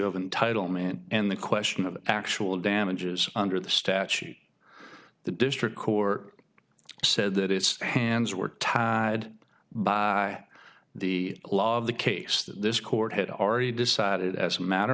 of entitlement and the question of actual damages under the statute the district court said that its hands were tied by the law of the case that this court had already decided as a matter